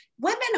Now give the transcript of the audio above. women